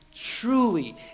Truly